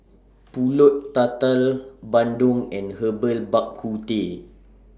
Pulut Tatal Bandung and Herbal Bak Ku Teh